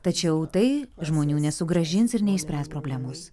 tačiau tai žmonių nesugrąžins ir neišspręs problemos